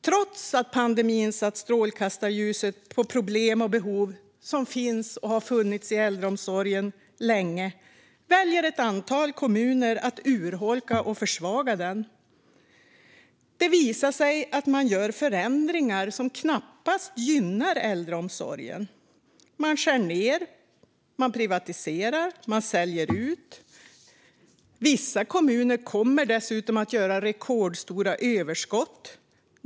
Trots att pandemin satt strålkastarljuset på problem och behov som finns och har funnits länge i äldreomsorgen väljer ett antal kommuner att urholka och försvaga den. Det visar sig att man gör förändringar som knappast gynnar äldreomsorgen. Man skär ned. Man privatiserar. Man säljer ut. Vissa kommuner kommer dessutom att göra rekordstora överskott.